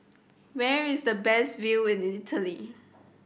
where is the best view in Italy